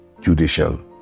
judicial